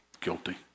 Guilty